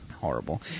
horrible